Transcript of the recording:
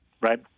right